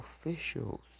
officials